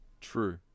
True